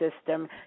system